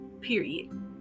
Period